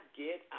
get